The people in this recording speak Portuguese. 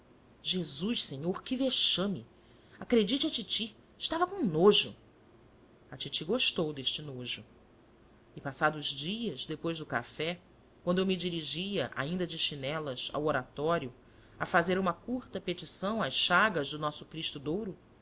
jesus senhor que vexame acredite a titi estava com nojo a titi gostou deste nojo e passados dias depois do café quando eu me dirigia ainda de chinelas ao oratório a fazer uma curta petição às chagas do nosso cristo de ouro